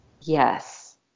yes